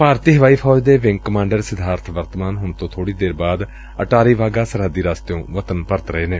ਭਾਰਤੀ ਹਵਾਈ ਫੌਜ ਦੇ ਵਿੰਗ ਕਮਾਂਡਰ ਸਿਧਾਰਬ ਵਰਤਮਾਨ ਹੁਣ ਤੋਂ ਬੋੜ੍ਰੀ ਦੇਰ ਬਾਅਦ ਅਟਾਰੀ ਵਾਹਗਾ ਸਰਹੱਦੀ ਰਸਤਿਓਂ ਵਤਨ ਪਰਤ ਰਹੇ ਨੇ